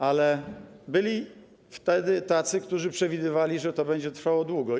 Ale byli wtedy tacy, którzy przewidywali, że to będzie trwało długo.